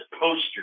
poster